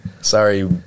Sorry